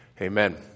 Amen